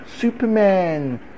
Superman